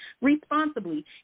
responsibly